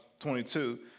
22